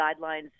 guidelines